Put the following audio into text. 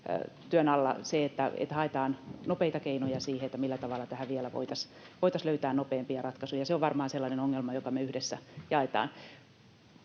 työn alla se, että haetaan nopeita keinoja siihen, millä tavalla tähän vielä voitaisiin löytää nopeampia ratkaisuja. Se on varmaan sellainen ongelma, joka me yhdessä jaetaan.